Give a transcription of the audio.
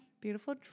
beautiful